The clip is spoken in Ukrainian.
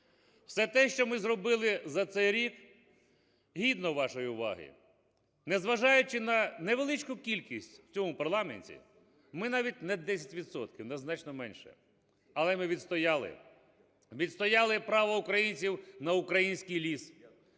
Все те, що ми зробили за цей рік, гідно вашої уваги, незважаючи на невеличку кількість в цьому парламенті, ми навіть не 10 відсотків, нас значно менше, але ми відстояли, відстояли право українців на український ліс,